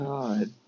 God